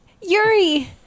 Yuri